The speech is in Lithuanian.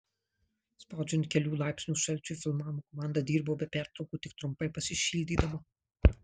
spaudžiant kelių laipsnių šalčiui filmavimo komanda dirbo be pertraukų tik trumpai pasišildydama